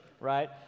right